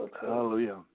Hallelujah